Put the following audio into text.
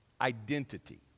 identity